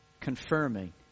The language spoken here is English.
confirming